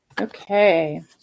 Okay